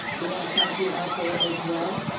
we want to thank you out there as well.